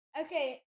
Okay